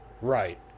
Right